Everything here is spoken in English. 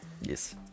Yes